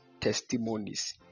testimonies